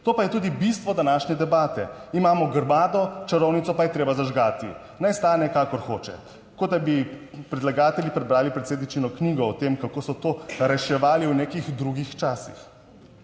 to pa je tudi bistvo današnje debate. Imamo grmado, čarovnico pa je treba zažgati, naj stane, kakor hoče. Kot, da bi predlagatelji prebrali predsedničino knjigo o tem, kako so to reševali v nekih drugih časih.